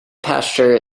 pasture